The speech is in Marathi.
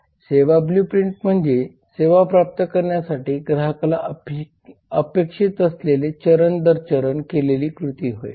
सेवा ब्लूप्रिंट म्हणजे सेवा प्राप्त करण्यासाठी ग्राहकाला अपेक्षित असलेले चरण दर चरण केलेली कृती होय